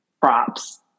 props